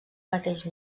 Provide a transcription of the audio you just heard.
mateix